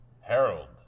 Harold